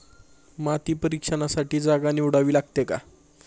माती परीक्षणासाठी जागा निवडावी लागते का?